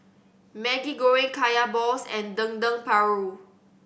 Maggi Goreng Kaya balls and Dendeng Paru